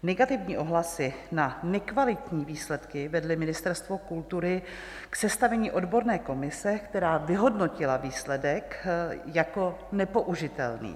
Negativní ohlasy na nekvalitní výsledky vedly Ministerstvo kultury k sestavení odborné komise, která vyhodnotila výsledek jako nepoužitelný.